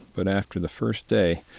but after the first day,